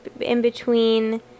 in-between